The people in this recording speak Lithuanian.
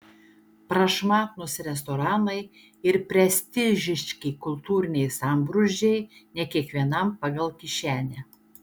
prašmatnūs restoranai ir prestižiški kultūriniai sambrūzdžiai ne kiekvienam pagal kišenę